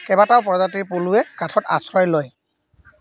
কেইবাটাও প্ৰজাতিৰ পলুৱে কাঠত আশ্ৰয় লয়